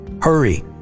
Hurry